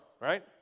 right